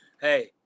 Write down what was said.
Hey